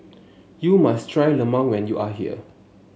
you must try Lemang when you are here